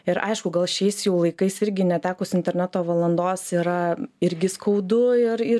ir aišku gal šiais jau laikais irgi netekus interneto valandos yra irgi skaudu ir ir